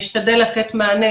משתדל לתת מענה,